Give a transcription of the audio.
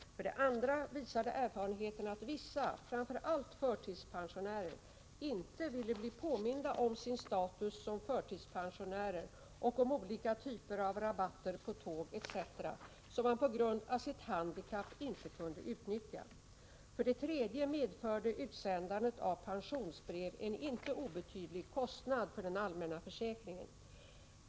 För det andra visade erfarenheten att vissa, framför allt förtidspensionärer, inte ville bli påminda om sin status som förtidspensionärer och om olika typer av rabatter på tåg etc. som de på grund av sitt handikapp inte kunde utnyttja. För det tredje medförde utsändandet av pensionsbrev en inte obetydlig kostnad för den allmänna försäkringen.